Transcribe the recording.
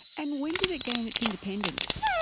and when did it gain its independence?